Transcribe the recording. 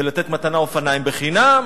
ולתת מתנה אופניים בחינם,